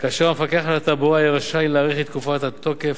כאשר המפקח על התעבורה יהיה רשאי להאריך את תקופת התוקף